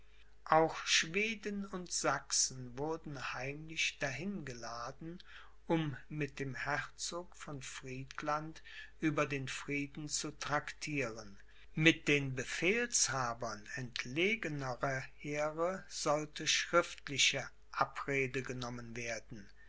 auch schweden und sachsen wurden heimlich dahin geladen um mit dem herzog von friedland über den frieden zu traktieren mit den befehlshabern entlegenerer heere sollte schriftliche abrede genommen werden